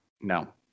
No